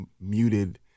muted